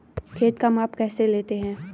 खेत का माप कैसे लेते हैं?